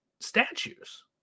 statues